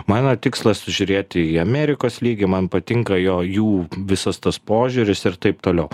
mano tikslas žiūrėti į amerikos lygį man patinka jo jų visas tas požiūris ir taip toliau